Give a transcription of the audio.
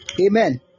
amen